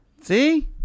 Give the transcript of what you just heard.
See